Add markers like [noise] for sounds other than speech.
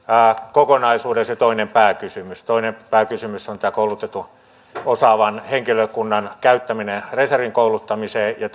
kokonaisuuden toinen pääkysymys toinen pääkysymys on koulutetun osaavan henkilökunnan käyttäminen reservin kouluttamiseen ja [unintelligible]